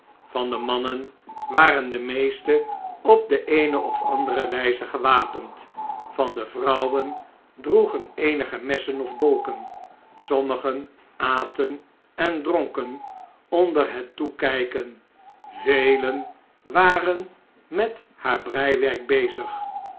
van de mannen waren de meesten op de eene of andere wjjze gewapend van de vrouwen droegen eenige messen of dolken sommige aten en dronken onder het toekijken velen waren met haar breiwerk bezig